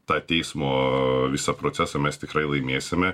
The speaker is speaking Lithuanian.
tą teismo visą procesą mes tikrai laimėsime